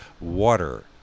water